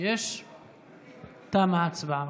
תמה ההצבעה.